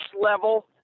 level